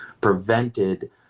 prevented